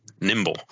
nimble